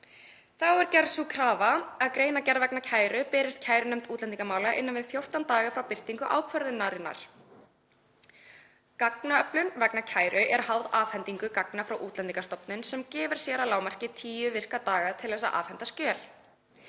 Þá er gerð sú krafa að greinargerð vegna kæru berist kærunefnd útlendingamála innan 14 daga frá birtingu ákvörðunarinnar. Gagnaöflun vegna kæru er háð afhendingu gagna frá Útlendingastofnun sem gefur sér að lágmarki 10 virka daga til þess að afhenda skjöl.